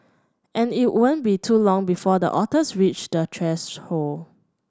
and it won't be too long before the otters reach the threshold